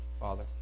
Father